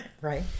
right